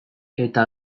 eta